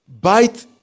bite